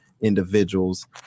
individuals